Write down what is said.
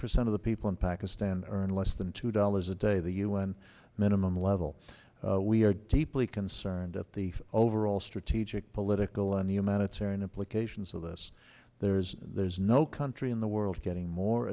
percent of the people in pakistan earn less than two dollars a day the u n minimum level we are deeply concerned at the overall strategic political and humanitarian implications of this there is there's no country in the world getting more